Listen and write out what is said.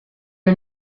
are